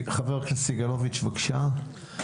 חבר הכנסת סגלוביץ', בבקשה.